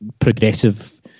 progressive